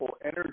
energy